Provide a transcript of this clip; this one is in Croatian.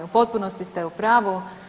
U potpunosti ste u pravu.